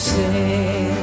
say